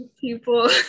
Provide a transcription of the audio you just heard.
people